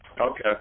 Okay